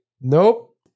nope